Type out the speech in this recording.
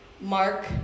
Mark